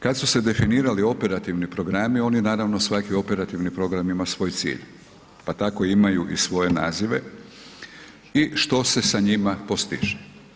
Kad su se definirali operativni programi, ovdje naravno svaki operativni program ima svoj cilj pa tako imaju i svoje nazive i što se sa njima postiže.